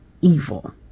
Evil